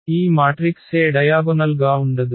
ఈ matrix A diagonal గా ఉండదు